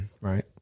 right